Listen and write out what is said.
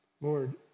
Lord